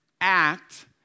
act